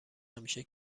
همیشه